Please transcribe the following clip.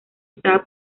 estaba